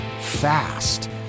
fast